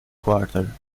quarter